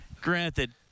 granted